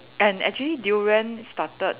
and actually durian started